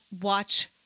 watch